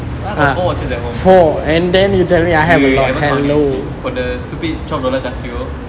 I have four watches at home wait wait I haven't count yet I got the stupid twelve dollar casio